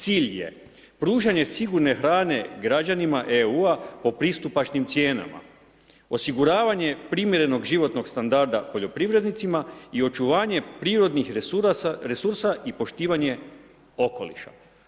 Cilj je pružanje sigurne hrane građanima EU-a po pristupačnim cijenama, osiguravanje primjerenog životnog standarda poljoprivrednicima i očuvanje prirodnih resursa i poštovanje okoliša.